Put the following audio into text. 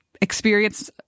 experience